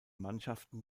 mannschaften